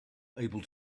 able